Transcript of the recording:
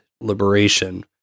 liberation